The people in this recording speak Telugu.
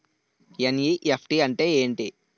ఎన్.ఈ.ఎఫ్.టి అంటే ఎంటి?